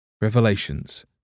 Revelations